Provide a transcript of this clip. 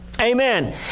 Amen